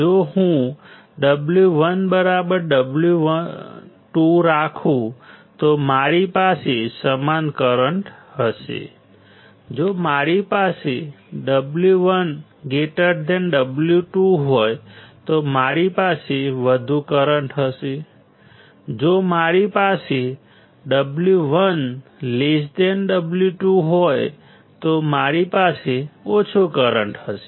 જો હું W1W2 રાખું તો મારી પાસે સમાન કરંટ હશે જો મારી પાસે W1W2 હોય તો મારી પાસે વધુ કરંટ હશે જો મારી પાસે W1W2 હોય તો મારી પાસે ઓછો કરંટ હશે